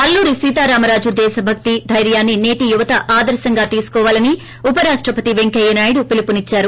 అల్లూరి సీతారామరాజు దేశభక్తి దైర్యాన్సి నేటి యువత ఆదర్పంగా తీసుకోవాలని ఉపరాష్ణపతి వెంకయ్యనాయుడు పిలుపునిచ్చారు